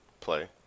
Play